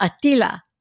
Attila